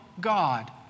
God